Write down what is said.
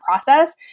process